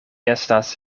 estas